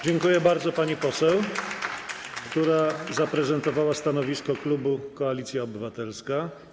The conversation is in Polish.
Dziękuję bardzo pani poseł, która zaprezentowała stanowisko klubu Koalicja Obywatelska.